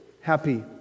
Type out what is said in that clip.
happy